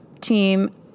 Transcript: team